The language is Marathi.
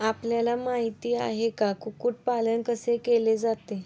आपल्याला माहित आहे की, कुक्कुट पालन कैसे केले जाते?